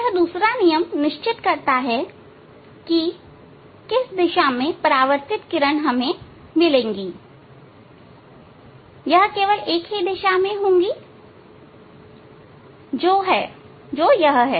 यह दूसरा नियम निश्चित करता है कि किस दिशा में परावर्तित किरण हमें मिलेंगी यह केवल एक दिशा में होंगी जो है